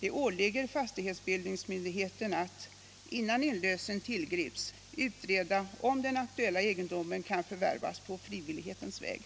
Det åligger fastighetsbildningsmyndigheten att, innan inlösen tillgrips, utreda om den aktuella egendomen kan förvärvas på frivillighetens väg.